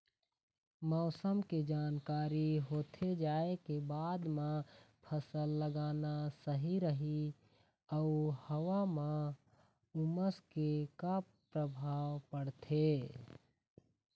मौसम के जानकारी होथे जाए के बाद मा फसल लगाना सही रही अऊ हवा मा उमस के का परभाव पड़थे?